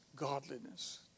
godliness